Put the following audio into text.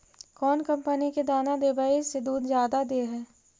कौन कंपनी के दाना देबए से दुध जादा दे है?